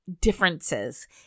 differences